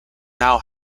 now